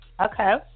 Okay